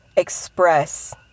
express